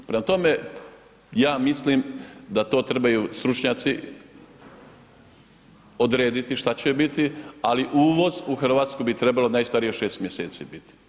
Prema tome, ja mislim da to trebaju stručnjaci odrediti šta će biti ali uvoz u Hrvatskoj bi trebalo najstarije 6 mjeseci biti.